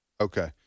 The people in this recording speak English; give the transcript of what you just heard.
Okay